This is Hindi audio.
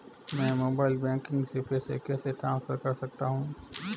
मैं मोबाइल बैंकिंग से पैसे कैसे ट्रांसफर कर सकता हूं?